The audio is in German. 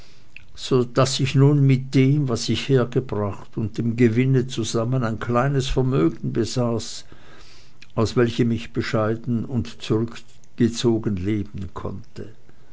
so daß ich nun mit dem was ich hergebracht und dem gewinn zusammen ein kleines vermögen besaß aus welchem ich bescheiden und zurückgezogen leben konnte